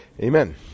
Amen